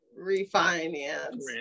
refinance